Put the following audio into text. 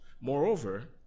Moreover